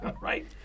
Right